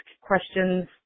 questions